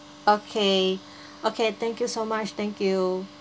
okay okay thank you so much thank you